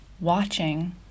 watching